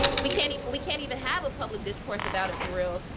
we can't we can't even have a public discourse about it for real,